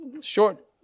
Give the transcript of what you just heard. short